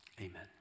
Amen